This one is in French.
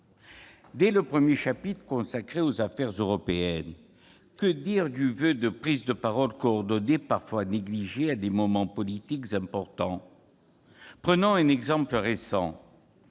déjà du chapitre 1, consacré aux affaires européennes, que dire du voeu de « prises de parole coordonnées », parfois négligé à des moments politiques importants ? Prenons un exemple récent